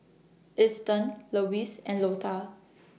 Easton Lewis and Lotta